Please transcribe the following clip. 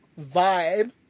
vibe